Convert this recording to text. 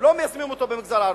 לא מיישמים אותו במגזר הערבי.